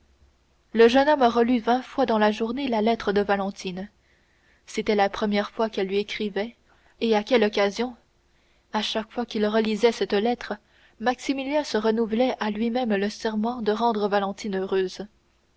le jeune homme relut vingt fois dans la journée la lettre de valentine c'était la première fois qu'elle lui écrivait et à quelle occasion à chaque fois qu'il relisait cette lettre maximilien se renouvelait à lui-même le serment de rendre valentine heureuse